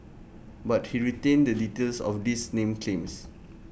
but he retained the details of these name claims